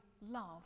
love